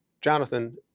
Jonathan